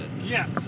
Yes